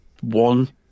one